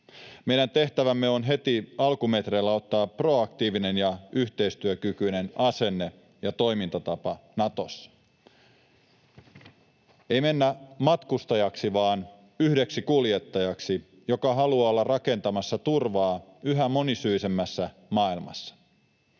Meidän tehtävämme on heti alkumetreillä ottaa proaktiivinen ja yhteistyökykyinen asenne ja toimintatapa Natossa. Ei mennä matkustajaksi vaan yhdeksi kuljettajaksi, joka haluaa olla rakentamassa turvaa yhä monisyisemmässä maailmassa.